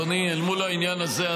אל מול העניין הזה,